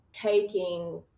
taking